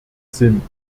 sind